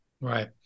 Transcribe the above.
Right